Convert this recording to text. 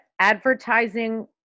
Advertising